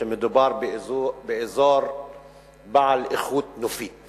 שמדובר באזור בעל איכות נופית